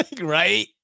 Right